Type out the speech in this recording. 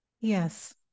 Yes